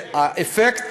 והאפקט,